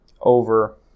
over